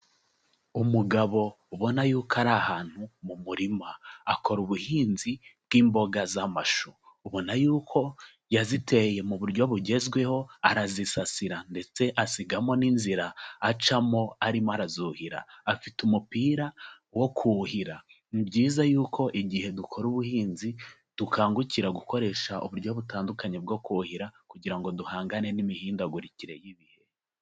Umugabo ubona yuko ari ahantu mu murima, akora ubuhinzi bw'imboga z'amashu, ubona yuko yaziteye mu buryo bugezweho, arazisasira ndetse asigamo n'inzira acamo arimo arazuhira, afite umupira wo kuhira, ni byiza yuko igihe dukora ubuhinzi dukangukira gukoresha uburyo butandukanye bwo kuhira, kugira ngo duhangane n'imihindagurikire y'ibihe.